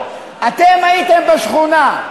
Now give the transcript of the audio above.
הייתם בשכונה,